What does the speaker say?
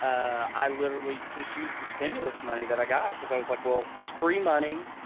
i i literally just use the stimulus money that i got. cause i was like well, it's free money,